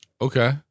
Okay